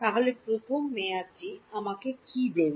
তাহলে প্রথম মেয়াদটি আমাকে কী দেবে